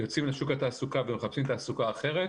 יוצאים לשוק התעסוקה ומחפשים תעסוקה אחרת,